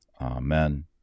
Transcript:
Amen